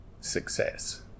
success